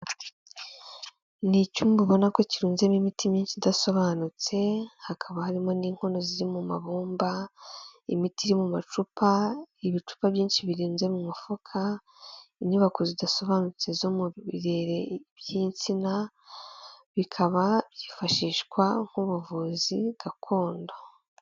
Ni icyumba ubona ko kirunzemo imiti myinshi idasobanutse, hakaba harimo n'inkono ziri mu mabumba imiti iri mu macupa, ibicupa byinshi birunze mu mufuka, inyubako zidasobanutse zo mu birere by'insina, bikaba byifashishwa nk'ubuvuzi gakondo.